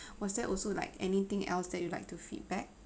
was there also like anything else that you'd like to feedback